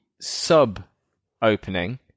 sub-opening